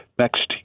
next